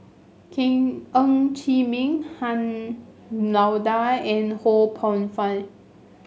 King Ng Chee Meng Han Lao Da and Ho Poh Fun